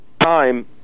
time